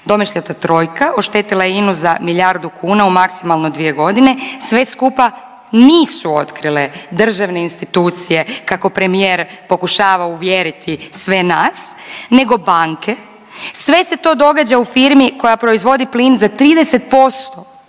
Domišljata trojka oštetila je INA-u za milijardu kuna u maksimalno dvije godine. Sve skupa nisu otkrile državne institucije kako premijer pokušava uvjeriti sve nas, nego banke. Sve se to događa u firmi koja proizvodi plin za 30%